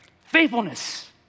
Faithfulness